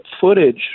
footage